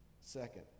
Second